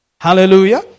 Hallelujah